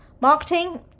marketing